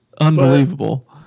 Unbelievable